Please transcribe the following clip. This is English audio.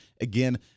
again